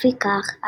לפיכך,